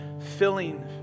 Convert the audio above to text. filling